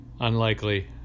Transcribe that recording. Unlikely